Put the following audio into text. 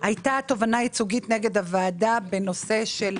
היתה תובענה ייצוגית נגד הוועדה בנושא של